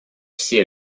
все